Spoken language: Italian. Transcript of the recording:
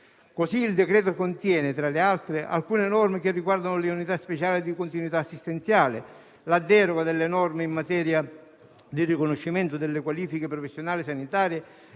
Il decreto contiene, tra le altre, alcune norme che riguardano le unità speciali di continuità assistenziale, la deroga delle norme in materia di riconoscimento delle qualifiche professionali sanitarie